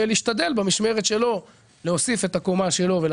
אני מנסה להשתדל במשמרת שלי להוסיף את הקומה שלי,